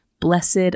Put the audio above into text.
Blessed